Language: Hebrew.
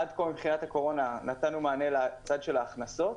עד כה מבחינת הקורונה נתנו מענה לצד של ההכנסות.